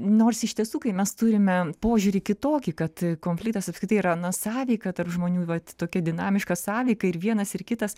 nors iš tiesų kai mes turime požiūrį kitokį kad konfliktas apskritai yra na sąveika tarp žmonių vat tokia dinamiška sąveika ir vienas ir kitas